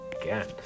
again